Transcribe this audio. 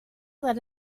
that